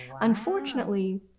Unfortunately